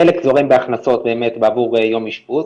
חלק זורם בהכנסות בעבור יום אשפוז,